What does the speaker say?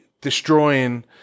destroying